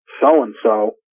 so-and-so